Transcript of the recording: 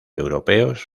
europeos